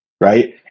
Right